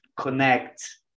connect